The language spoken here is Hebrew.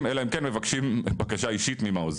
אלא אם כן מבקשים בקשה אישית ממעוז,